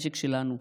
המשק שלנו.